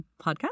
podcast